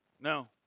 No